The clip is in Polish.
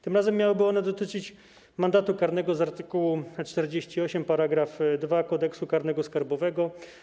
Tym razem miałyby one dotyczyć mandatu karnego z art. 48 §2 Kodeksu karnego skarbowego.